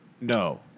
No